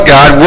God